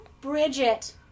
Bridget